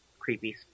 creepy